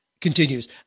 Continues